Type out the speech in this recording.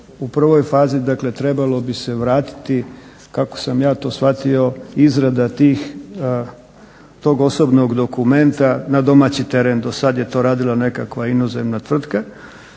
u prvoj fazi dakle trebalo bi se vratiti kako sam ja to shvatio izrada tog osobnog dokumenta na domaći teren. Dosad je to radila nekakva inozemna tvrtka,